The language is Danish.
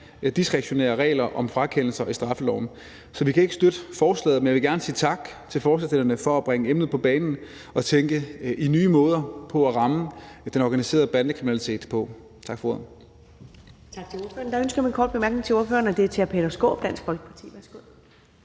diskretionære regler om frakendelser i straffeloven. Så vi kan ikke støtte forslaget; men jeg vil gerne sige tak til forslagsstillerne for at bringe emnet på banen og tænke i nye måder at ramme den organiserede bandekriminalitet på. Tak for ordet.